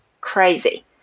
crazy